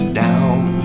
down